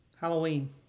Halloween